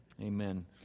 Amen